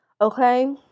Okay